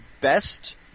best